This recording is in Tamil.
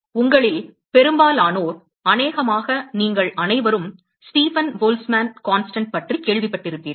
இப்போது உங்களில் பெரும்பாலானோர் அநேகமாக நீங்கள் அனைவரும் ஸ்டீபன் போல்ட்ஸ்மேன் மாறிலி பற்றிக் கேள்விப்பட்டிருப்பீர்கள்